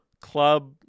club